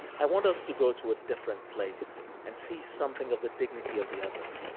i want us to go to a different place and see something of the dignity of the other.